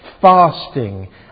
fasting